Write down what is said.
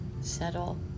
settle